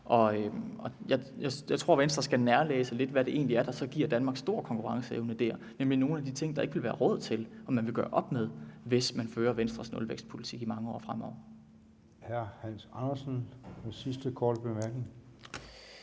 Jeg tror, at Venstre skal nærlæse, hvad det så egentlig er, der giver Danmark stor konkurrenceevne der, nemlig nogle af de ting, der ikke vil være råd til, og som man vil gøre op med, hvis man fører Venstres nulvækstpolitik i mange år fremover. Kl. 11:48 Formanden: Så er det hr.